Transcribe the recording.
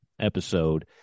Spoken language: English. episode